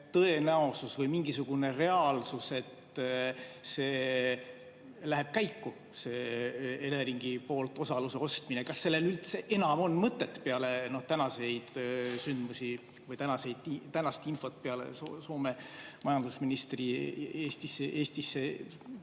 tõenäosus või mingisugune reaalsus, et see läheb käiku, see Eleringi poolt osaluse ostmine? Kas sellel üldse enam on mõtet peale tänaseid sündmusi või tänast infot, peale Soome majandusministri Eestisse